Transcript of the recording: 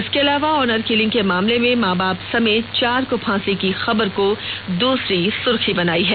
इसके अलावा honour killing के मामले में मां बाप समेत चार को फांसी की खबर को दूसरी सुर्खी बनाई है